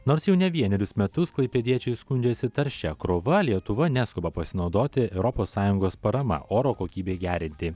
nors jau ne vienerius metus klaipėdiečiai skundžiasi taršia krova lietuva neskuba pasinaudoti europos sąjungos parama oro kokybei gerinti